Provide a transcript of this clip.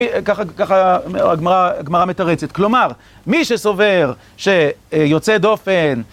ככה הגמרה מתרצת, כלומר, מי שסובר שיוצא דופן...